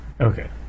Okay